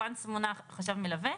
Once מונה חשב מלווה,